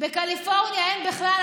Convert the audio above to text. בקליפורניה אין בכלל,